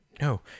No